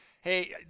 Hey